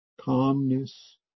calmness